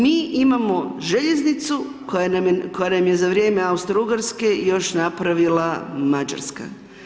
Mi imamo željeznicu koja nam je za vrijeme Austrougarske još napravila Mađarska.